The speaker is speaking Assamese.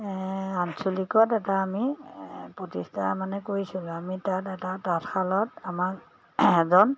আঞ্চলিকত এটা আমি প্ৰতিষ্ঠা মানে কৈছিলোঁ আমি তাত এটা তাঁতশালত আমাক এজন